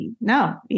no